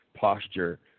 posture